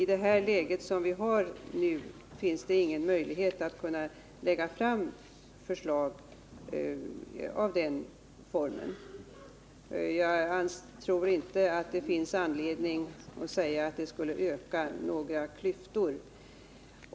I detta läge finns det ingen möjlighet att lägga fram förslag av den typen. Jag tror inte att det finns anledning att säga att det skulle öka några klyftor.